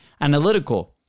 analytical